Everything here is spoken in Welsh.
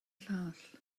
llall